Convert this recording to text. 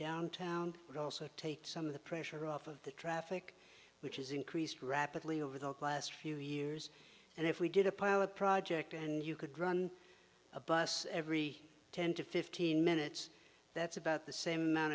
downtown but also take some of the pressure off of the traffic which is increased rapidly over the last few years and if we did a pilot project and you could run a bus every ten to fifteen minutes that's about the same amount